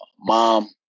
Mom